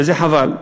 וזה חבל,